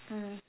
mm